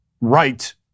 right